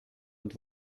und